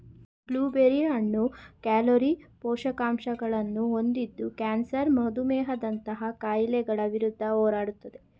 blue berry ಹಣ್ಣು calorie, ಪೋಷಕಾಂಶಗಳನ್ನು ಹೊಂದಿದ್ದು ಕ್ಯಾನ್ಸರ್ ಮಧುಮೇಹದಂತಹ ಕಾಯಿಲೆಗಳ ವಿರುದ್ಧ ಹೋರಾಡುತ್ತದೆ